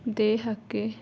ದೇಹಕ್ಕೆ